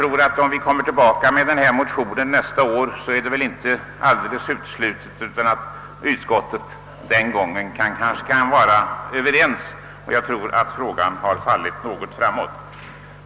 Om vi återkommer med den här motionen nästa år tror jag inte det är alldeles uteslutet att utskottet då kan vara överens med oss. Jag tror att frågan har fallit något framåt.